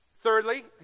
Thirdly